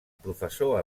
professor